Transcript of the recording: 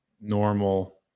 normal